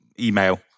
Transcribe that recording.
email